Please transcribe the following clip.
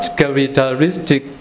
characteristic